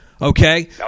Okay